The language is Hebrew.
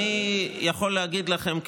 אני יכול להגיד לכם,